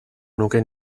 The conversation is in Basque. nuke